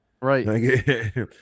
right